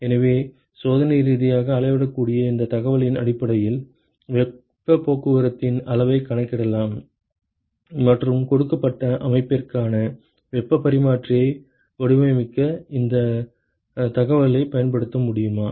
எனவே சோதனை ரீதியாக அளவிடக்கூடிய இந்தத் தகவலின் அடிப்படையில் வெப்பப் போக்குவரத்தின் அளவைக் கணக்கிடலாம் மற்றும் கொடுக்கப்பட்ட அமைப்பிற்கான வெப்பப் பரிமாற்றியை வடிவமைக்க அந்த தகவலைப் பயன்படுத்த முடியுமா